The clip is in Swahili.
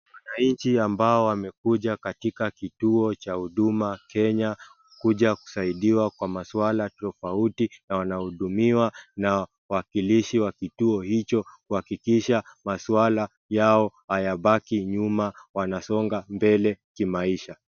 Wananchi ambao wamekuja katika kituo cha huduma kenya kuja kusaidiwa kwa maswala tofauti na wanahudumiwa na wakilishi wa kituo hicho kuhakikisha maswala yao hayabaki nyuma wanasonga mbele kimaisha.